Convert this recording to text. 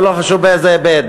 ולא חשוב באיזה היבט,